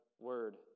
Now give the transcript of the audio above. word